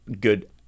good